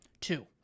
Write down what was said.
Two